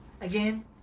Again